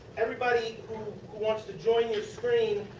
everybody who wants to join your screen,